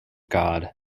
god